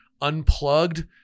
Unplugged